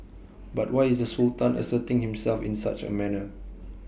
but why is the Sultan asserting himself in such A manner